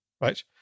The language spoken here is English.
Right